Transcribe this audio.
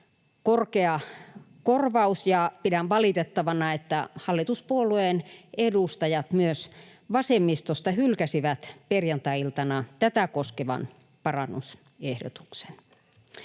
korkea korvaus. Pidän valitettavana, että hallituspuolueen edustajat myös vasemmistosta hylkäsivät perjantai-iltana tätä koskevan parannusehdotuksen.